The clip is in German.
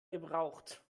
gebraucht